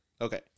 Okay